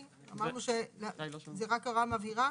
אמרנו שזו רק הערה מבהירה,